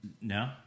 No